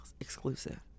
Exclusive